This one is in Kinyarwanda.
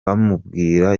bamubwira